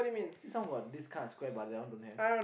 see some got this kind of square but that one don't have